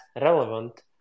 relevant